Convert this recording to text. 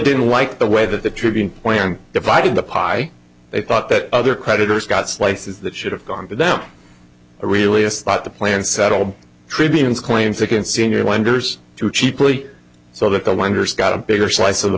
didn't like the way that the tribune plan divided the pie they thought that other creditors got slices that should have gone down really is not the plan settled tribunes claims against senior lenders too cheaply so that the lenders got a bigger slice of the